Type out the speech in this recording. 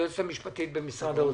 היועצת המשפטית במשרד האוצר,